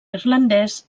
irlandès